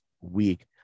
week